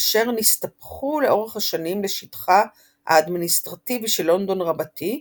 אשר נסתפחו לאורך השנים לשטחה האדמיניסטרטיבי של "לונדון רבתי",